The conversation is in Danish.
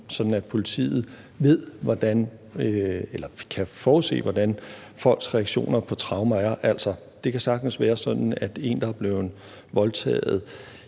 sådan at politiet kan forudse, hvordan folks reaktioner på traumer er. Altså, det kan sagtens være sådan, at en, der er blevet voldtaget,